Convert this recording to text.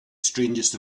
strangest